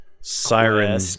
siren